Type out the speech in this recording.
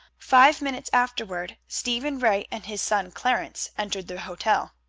five minutes afterward stephen ray and his son clarence entered the hotel.